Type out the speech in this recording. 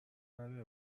نداره